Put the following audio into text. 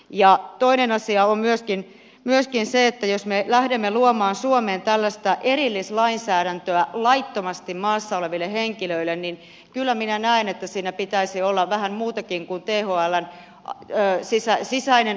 ja toinen asia on myöskin se että jos me lähdemme luomaan suomeen tällaista erillislainsäädäntöä laittomasti maassa oleville henkilöille niin kyllä minä näen että siinä pitäisi olla vähän muutakin kuin thln sisäinen arvio